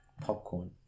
Popcorn